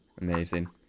Amazing